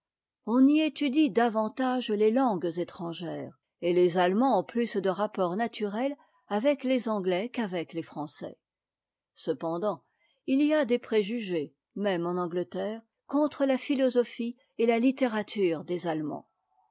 on y étudie davantage les langues étrangères et les allemands ont plus de rapports naturels avec les anglais qu'avec les français cependant il y a des préjugés même en angleterre contre la philosophie et la littérature des allemands